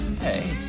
Hey